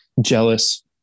jealous